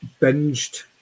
binged